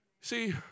See